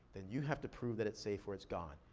than you have to prove that it's safe or it's gone.